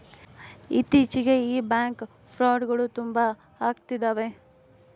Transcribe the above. ಇತ್ತೀಚಿಗೆ ಈ ಬ್ಯಾಂಕ್ ಫ್ರೌಡ್ಗಳು ತುಂಬಾ ಅಗ್ತಿದವೆ